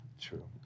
True